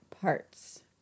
parts